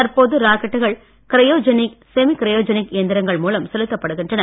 தற்போது ராக்கெட்டுகள் cryogenic semi cryogenic இயந்திரங்கள் மூலம் செலுத்தப்படுகின்றன